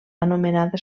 anomenada